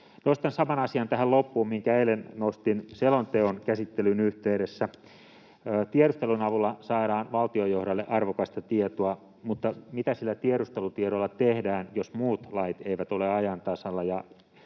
Nostan saman asian tähän loppuun, minkä eilen nostin selonteon käsittelyn yhteydessä: Tiedustelun avulla saadaan valtiojohdolle arvokasta tietoa, mutta mitä sillä tiedustelutiedolla tehdään, jos muut lait eivät ole ajan tasalla?